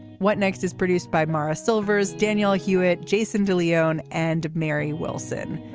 what next is produced by mara silvers daniel hewett jason de leone and mary wilson.